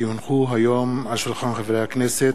כי הונחו היום על שולחן הכנסת,